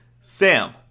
Sam